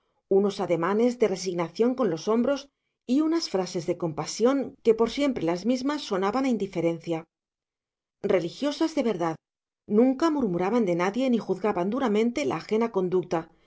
unos ademanes de resignación con los hombros y unas frases de compasión que por ser siempre las mismas sonaban a indiferencia religiosas de verdad nunca murmuraban de nadie ni juzgaban duramente la ajena conducta